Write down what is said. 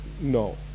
No